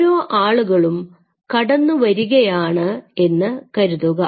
ഓരോ ആളുകളും കടന്നു വരികയാണ് എന്ന് കരുതുക